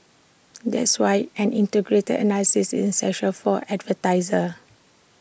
that's why an integrated analysis is essential for advertisers